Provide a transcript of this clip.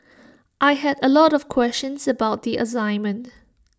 I had A lot of questions about the assignment